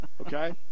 Okay